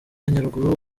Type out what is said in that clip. nyaruguru